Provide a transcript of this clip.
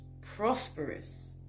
prosperous